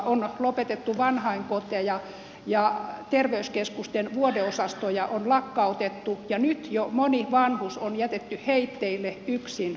on lopetettu vanhainkoteja ja terveyskeskusten vuodeosastoja on lakkautettu ja nyt jo moni vanhus on jätetty heitteille yksin kotiin